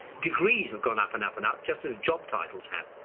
degrees have gone up and up and up, just as job titles have.